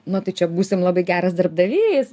nu tai čia būsim labai geras darbdavys